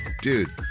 Dude